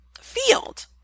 field